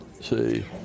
see